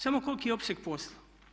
Samo koliki je opseg posla.